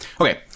okay